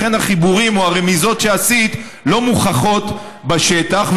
לכן החיבורים, או הרמיזות שעשית לא מוכחות בשטח.